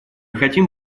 хотим